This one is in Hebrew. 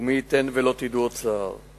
ומי ייתן ולא תדעו עוד צער.